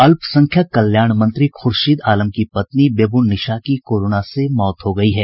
अल्पसंख्यक कल्याण मंत्री खूर्शीद आलम की पत्नी बेबून निशा की कोरोना से मौत हो गयी है